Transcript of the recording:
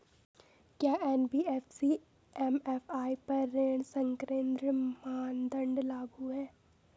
क्या NBFC MFI पर ऋण संकेन्द्रण मानदंड लागू हैं?